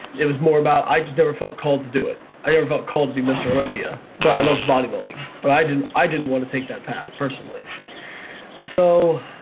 it was more about i just never felt called to do it. i never felt called to be mr. olympia but i loved bodybuilding. but i didn't i didn't want to take that path personally so